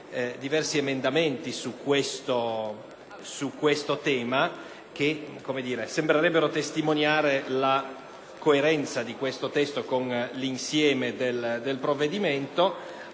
diversi emendamenti che sembrerebbero testimoniare la coerenza del testo con l’insieme del provvedimento.